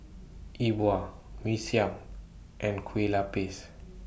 E Bua Mee Siam and Kuih Lopes